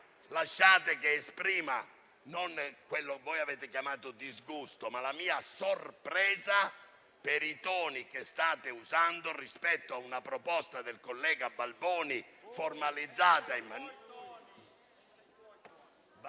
lasciate che esprima non quello che voi avete chiamato disgusto, ma la mia sorpresa per i toni che state usando rispetto a una proposta del collega Balboni, formalizzata secondo